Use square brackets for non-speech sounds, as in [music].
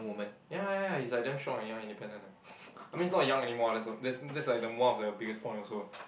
ya ya he's like damn strong and young independent eh [laughs] I mean he's not young anymore that's that's like the one of the biggest point also